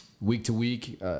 week-to-week